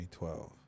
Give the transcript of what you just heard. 2012